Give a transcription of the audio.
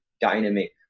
dynamic